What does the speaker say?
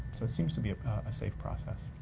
so it seems to be a safe process.